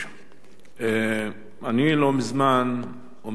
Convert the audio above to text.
אומנם אני מדבר